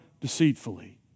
deceitfully